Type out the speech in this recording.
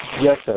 Yes